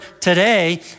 today